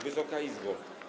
Wysoka Izbo!